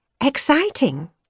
exciting